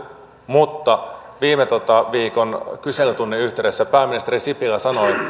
mutta viime viikon kyselytunnin yhteydessä pääministeri sipilä sanoi